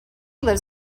lives